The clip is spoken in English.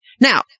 Now